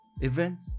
events